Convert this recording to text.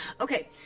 Okay